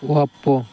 ಒಪ್ಪು